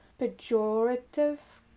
pejorative